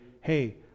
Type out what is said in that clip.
hey